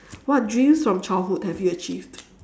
what dreams from childhood have you achieved